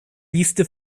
listy